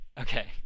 Okay